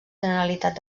generalitat